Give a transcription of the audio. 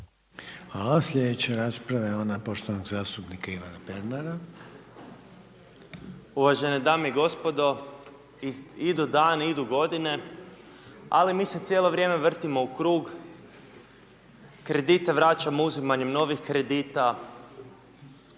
Hvala. Slijedeća rasprava je ona poštovanog zastupnika Ivana Pernara. **Pernar, Ivan (Živi zid)** Uvažene dame i gospodo, idu dani, idu godine, ali mi se cijelo vrijeme vrtimo u krug, kredite vraćamo uzimanjem novih kredita,